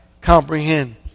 comprehend